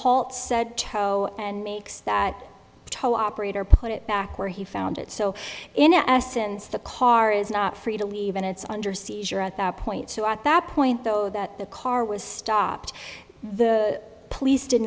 halt said toe and makes that toa operator put it back where he found it so in essence the car is not free to leave and it's under seizure at that point so at that point though that the car was stopped the police did